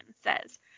says